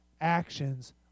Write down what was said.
actions